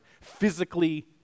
physically